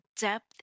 depth